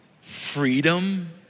freedom